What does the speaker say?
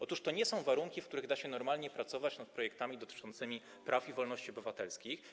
Otóż to nie są warunki, w których da się normalnie pracować nad projektami dotyczącymi praw i wolności obywatelskich.